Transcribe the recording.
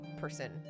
person